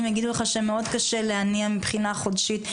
יגידו לך שמאוד קשה לעניין מבחינה חודשית,